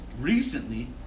recently